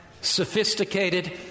Sophisticated